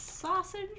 Sausage